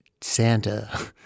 Santa